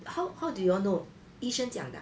how how did you all know 医生讲的 ah